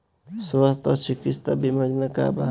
स्वस्थ और चिकित्सा बीमा योजना का बा?